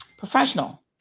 professional